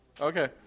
Okay